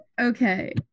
Okay